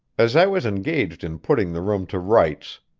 as i was engaged in putting the room to rights,